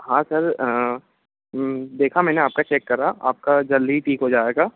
हाँ सर देखा मैंने आपका चेक करा आपका जल्दी ही ठीक हो जाएगा